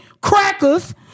Crackers